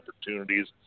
opportunities